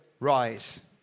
rise